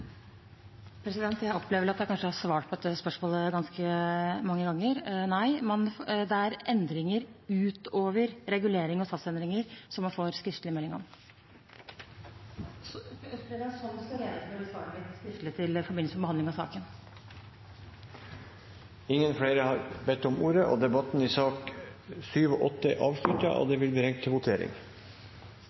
svart på dette spørsmålet ganske mange ganger: Nei, det er endringer utover reguleringer og satsendringer som man får skriftlig melding om – som det står redegjort for i det skriftlige svaret mitt i forbindelse med behandlingen av saken. Flere har ikke bedt om ordet til sakene nr. 7 og 8. Under debatten er det satt fram i alt fire forslag. Det er forslagene nr. 1 og